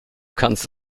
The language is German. kannst